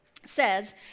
says